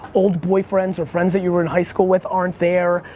old boyfriends or friends that you were in high school with aren't there.